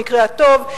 במקרה הטוב,